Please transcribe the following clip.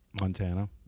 Montana